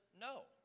no